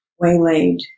waylaid